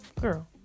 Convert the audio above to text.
girl